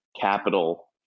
capital